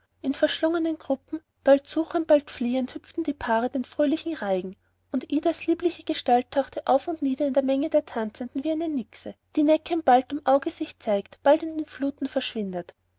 in verschlungenen gruppen bald suchend bald fliehend hüpften die paare den fröhlichen reigen und idas liebliche gestalt tauchte auf und nieder in der menge der tanzenden wie eine nixe die neckend bald dem auge sich zeigt bald in den fluten verschwindet